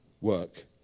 work